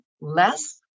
less